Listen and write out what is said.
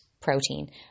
protein